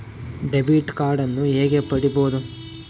Debit ಕಾರ್ಡನ್ನು ಹೇಗೆ ಪಡಿಬೋದು?